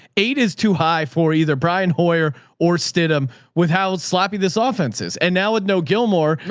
eight is too high for either brian hoyer or stedham with howard sloppy this ah offenses. and now with no gilmore,